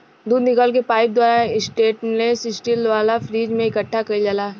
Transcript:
दूध निकल के पाइप के द्वारा स्टेनलेस स्टील वाला फ्रिज में इकठ्ठा कईल जाला